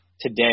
today